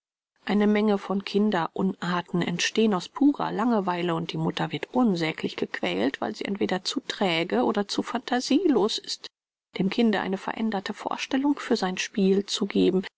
eine menge von kinderunarten entstehen aus purer langeweile und die mutter wird unsaglich gequält weil sie entweder zu träge oder zu phantasielos ist dem kinde eine veränderte vorstellung für sein spiel zu geben